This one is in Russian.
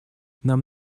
нам